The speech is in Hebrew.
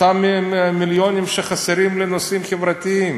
אותם מיליונים שחסרים לנושאים חברתיים.